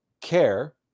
care